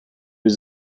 was